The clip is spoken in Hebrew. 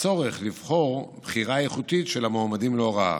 והצורך לבחור בחירה איכותית את המועמדים להוראה,